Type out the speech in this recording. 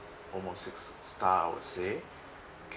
almost six star I would say okay